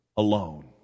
alone